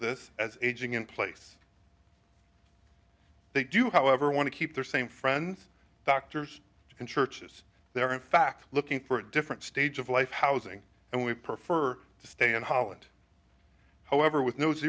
this as aging in place they do however want to keep their same friends doctors and churches there are in fact looking for a different stage of life housing and we prefer to stay in holland however with no